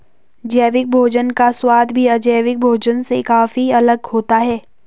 जैविक भोजन का स्वाद भी अजैविक भोजन से काफी अलग होता है